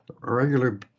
regular